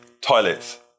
toilets